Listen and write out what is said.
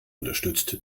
unterstützt